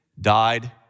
died